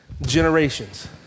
generations